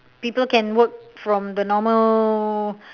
people can work from the normal